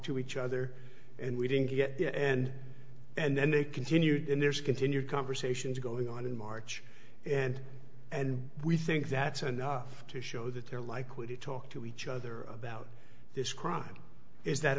to each other and we didn't get and and then they continued and there's continued conversations going on in march and and we think that's enough to show that they're likely to talk to each other about this crime is that